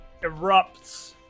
erupts